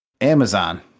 Amazon